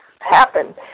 happen